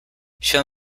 show